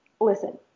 listen